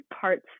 parts